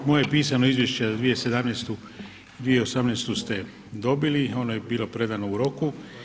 Moje pisano izvješće za 2017., 2018. ste dobili, ono je bilo predano u roku.